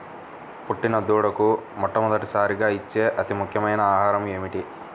పుట్టిన దూడకు మొట్టమొదటిసారిగా ఇచ్చే అతి ముఖ్యమైన ఆహారము ఏంటి?